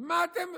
אז מה אתם,